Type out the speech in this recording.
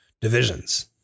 divisions